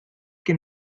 que